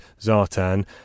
Zartan